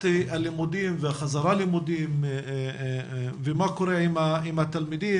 הלימודים והחזרה ללימודים ומה קורה עם התלמידים,